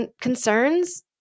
concerns